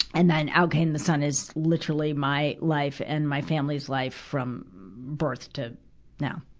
and then out came the sun is, literally, my life and my family's life from birth to now,